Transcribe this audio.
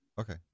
Okay